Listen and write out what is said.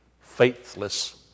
faithless